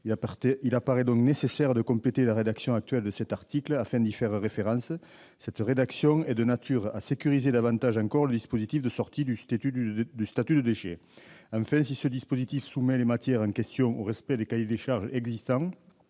Il apparaît donc nécessaire de compléter la rédaction de cet article pour y faire référence et sécuriser davantage encore le dispositif de sortie du statut de déchets. Enfin, si ce dispositif soumet les matières en question au respect des cahiers des charges existants,